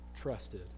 Trusted